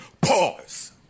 Pause